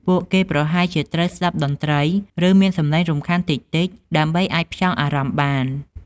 ពួកគេប្រហែលជាត្រូវស្ដាប់តន្ត្រី ឬមានសម្លេងរំខានតិចៗដើម្បីអាចផ្ចង់អារម្មណ៍បាន។